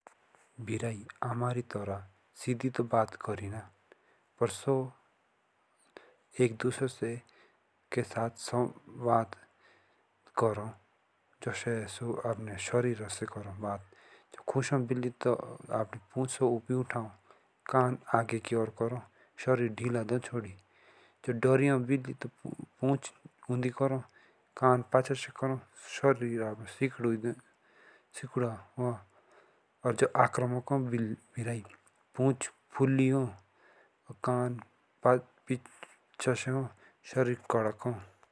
बिरई अमरी तरह सीदी तो बात करीना पर सो एक दूसरे के साथ संवाद कोरो जोसे सो अपने शरिरो से कोरो बात पूछो उबी उठाओ कान आगे के ओर कोरो शरिर ढीला दो छोड़ि जोब डोरियो हो। बिरई तो पूछ उन्दी करो शरिर....... दो कान पच्चासे हो शरिर कड़ाक हुन